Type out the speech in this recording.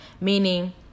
meaning